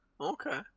Okay